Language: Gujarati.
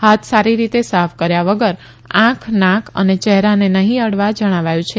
હાથ સારી રીતે સાફ કર્યા વગર આંખ નાક અને ચહેરાને નહીં અડવા જણાવાયું છે